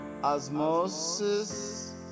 Osmosis